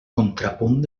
contrapunt